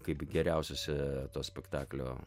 kaip geriausiose to spektaklio